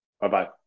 Bye-bye